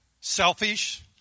selfish